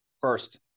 First